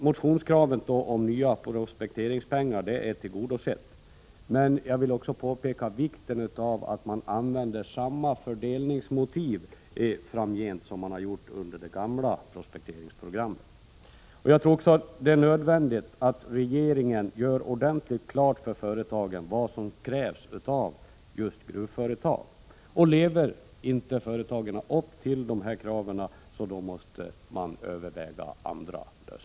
Motionskravet om nya prospekteringspengar är tillgodosett, men jag vill också påpeka vikten av att man använder samma fördelningsmotiv framgent som man har gjort under det gamla prospekteringsprogrammet. Jag tror också att det är nödvändigt att regeringen gör ordentligt klart för företagen vad som krävs av just gruvföretag. Lever inte företagen upp till de kraven, måste andra lösningar övervägas.